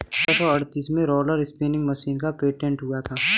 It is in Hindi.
सत्रह सौ अड़तीस में रोलर स्पीनिंग मशीन का पेटेंट हुआ था